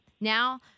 now